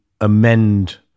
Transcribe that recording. amend